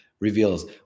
reveals